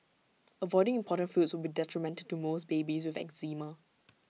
avoiding important foods will be detrimental to most babies with eczema